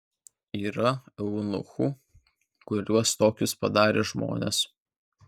yra eunuchų kuriuos tokius padarė žmonės